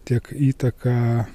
tiek įtaką